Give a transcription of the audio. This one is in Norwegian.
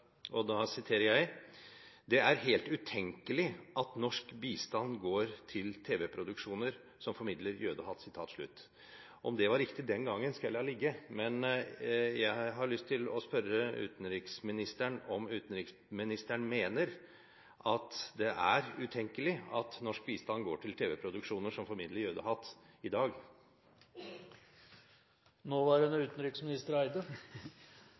det er helt utenkelig at norsk bistand går til tv-produksjoner som formidler jødehat. Om det var riktig den gangen skal jeg la ligge, men jeg har lyst til å spørre utenriksministeren om han mener at det er utenkelig at norsk bistand går til tv-produksjoner som formidler jødehat i dag?